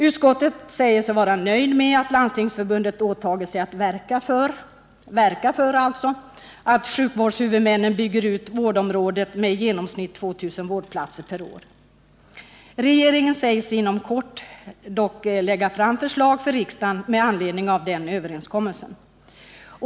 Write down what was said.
Utskottet säger sig vara till freds med att Landstingsförbundet åtagit sig att ”verka för” att sjukvårdshuvudmännen bygger ut vårdområdet med i genomsnitt 2000 vårdplatser per år. Regeringen sägs dock inom kort lägga fram förslag för riksdagen med anledning av den överenskommelsen.